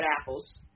apples